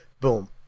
Boom